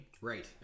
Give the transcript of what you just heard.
Right